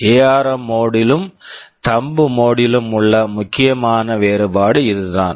ARM ARM mode mode லும் thumb mode thumb mode லும் உள்ள முக்கிய வேறுபாடு இதுதான்